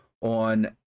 on